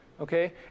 Okay